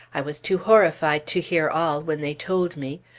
i was too horrified to hear all, when they told me.